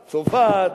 צרפת,